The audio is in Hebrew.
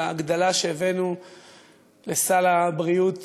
על ההגדלה שהבאנו לסל הבריאות,